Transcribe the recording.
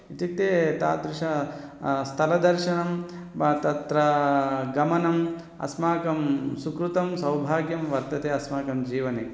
इत्युक्ते तादृशं स्थलदर्शनं तत्र गमनम् अस्माकं सुकृतं सौभाग्यं वर्तते अस्माकं जीवने